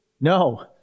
No